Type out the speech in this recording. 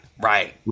right